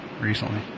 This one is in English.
recently